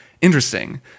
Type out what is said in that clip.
interesting